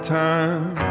time